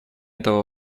этого